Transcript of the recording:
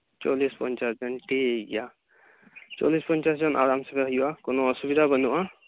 ᱪᱚᱞᱞᱤᱥ ᱯᱚᱸᱧᱪᱟᱥ ᱡᱚᱱ ᱴᱷᱤᱠ ᱜᱮᱭᱟ ᱪᱚᱞᱞᱤᱥ ᱯᱚᱸᱧᱪᱟᱥ ᱡᱚᱱ ᱟᱨᱟᱢ ᱥᱮᱯᱮ ᱦᱩᱭᱩᱜᱼᱟ ᱠᱚᱱᱚ ᱚᱥᱩᱵᱤᱫᱟ ᱵᱟᱹᱱᱩᱜᱼᱟ